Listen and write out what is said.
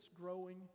growing